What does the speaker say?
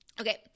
okay